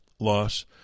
loss